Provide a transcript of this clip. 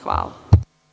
Hvala.